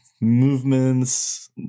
movements